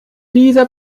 dieser